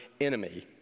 enemy